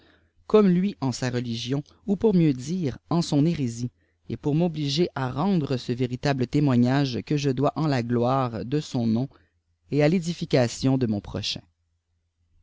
comme lui en sa religion ou pour mieux dire en son hérésie et pour m'obliger à rendre ce véritable témoignage que je dois en la gloire de son nom et à rectification de mon prochain